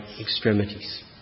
extremities